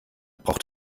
braucht